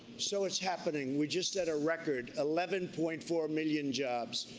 so it's happening, we just hit a record, eleven point four million jobs.